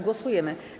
Głosujemy.